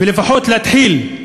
ולפחות להתחיל.